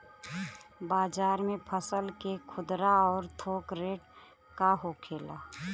बाजार में फसल के खुदरा और थोक रेट का होखेला?